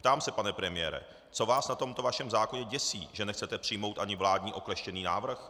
Ptám se, pane premiére, co vás na tomto vašem zákoně děsí, že nechcete přijmout ani vládní okleštěný návrh.